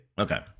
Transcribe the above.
Okay